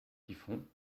typhon